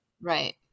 Right